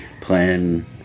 Plan